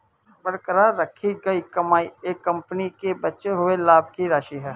बरकरार रखी गई कमाई एक कंपनी के बचे हुए लाभ की राशि है